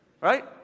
right